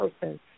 person